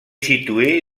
situé